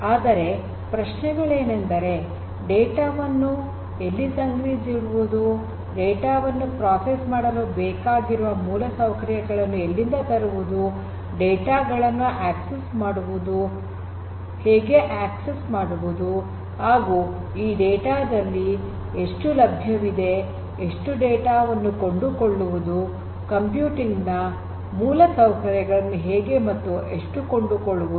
ಆದರೆ ಪ್ರಶ್ನೆಗಳೇನೆಂದರೆ ಡೇಟಾ ವನ್ನು ಎಲ್ಲಿ ಸಂಗ್ರಸಿಡುವುದು ಡೇಟಾ ವನ್ನು ಪ್ರೋಸೆಸ್ ಮಾಡಲು ಬೇಕಾಗಿರುವ ಮೂಲಸೌಕರ್ಯಗಳನ್ನು ಎಲ್ಲಿಂದ ತರುವುದು ಡೇಟಾ ಗಳನ್ನು ಹೇಗೆ ಪಡೆದುಕೊಳ್ಳುವುದು ಈ ಡೇಟಾ ದಲ್ಲಿ ಎಷ್ಟು ಲಭ್ಯವಿದೆ ಎಷ್ಟು ಡೇಟಾ ವನ್ನು ಕೊಂಡುಕೊಳ್ಳುವುದು ಕಂಪ್ಯೂಟಿಂಗ್ ನ ಮೂಲಸೌಕರ್ಯಗಳನ್ನು ಹೇಗೆ ಮತ್ತು ಎಷ್ಟು ಕೊಂಡುಕೊಳ್ಳುವುದು